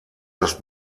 das